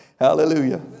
Hallelujah